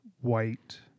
white